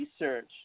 research